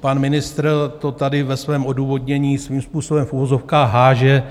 Pan ministr to tady ve svém odůvodnění svým způsobem v uvozovkách hází